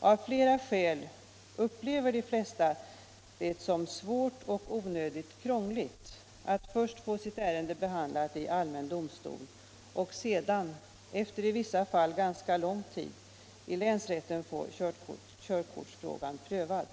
Av flera skäl upplever de flesta det som svårt och onödigt krångligt att först få sitt ärende behandlat i allmän domstol och sedan — efter i vissa fall ganska lång tid — få körkortsfrågan prövad i länsrätten.